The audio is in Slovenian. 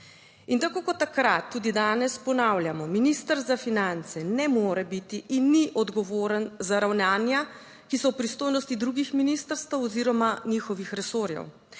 In tako kot takrat tudi danes ponavljamo, minister za finance ne more biti in ni odgovoren za ravnanja, ki so v pristojnosti drugih ministrstev oziroma njihovih resorjev.